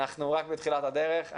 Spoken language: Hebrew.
אנחנו רק בתחילת הדרך.